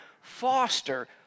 foster